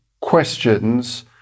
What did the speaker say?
questions